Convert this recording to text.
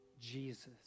Jesus